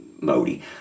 Modi